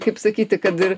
kaip sakyti kad ir